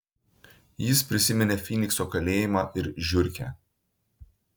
jis prisiminė fynikso kalėjimą ir žiurkę